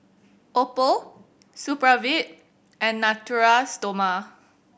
Oppo Supravit and Natura Stoma